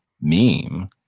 meme